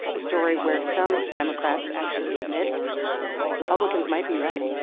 a story where some democrats actually admit republicans might be right